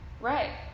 right